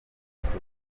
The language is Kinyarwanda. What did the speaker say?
miss